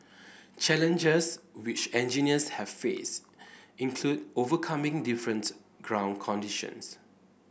challenges which engineers have faced include overcoming different ground conditions